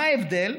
מה ההבדל?